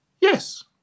Yes